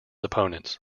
opponents